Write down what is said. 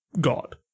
god